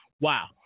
wow